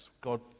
God